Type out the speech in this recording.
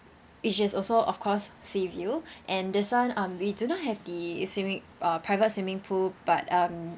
which is also of course seaview and this one um we do not have the swimming uh private swimming pool but um